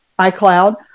iCloud